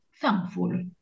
thankful